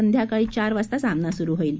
संध्याकाळी चार वाजता सामना सुरू होईल